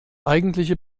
eigentliche